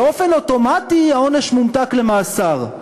באופן אוטומטי העונש מומתק למאסר.